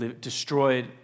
destroyed